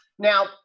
Now